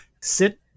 sit